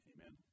Amen